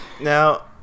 Now